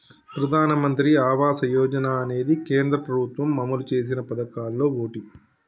ప్రధానమంత్రి ఆవాస యోజన అనేది కేంద్ర ప్రభుత్వం అమలు చేసిన పదకాల్లో ఓటి